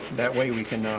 that way we can.